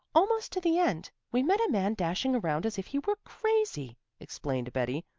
almost to the end, we met a man dashing around as if he were crazy, explained betty.